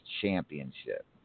championship